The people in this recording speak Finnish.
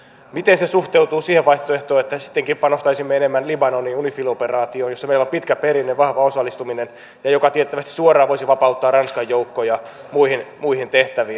miten se suhteutuu siihen vaihtoehtoon että sittenkin panostaisimme enemmän libanonin unifil operaatioon jossa meillä on pitkä perinne vahva osallistuminen ja joka tiettävästi suoraan voisi vapauttaa ranskan joukkoja muihin tehtäviin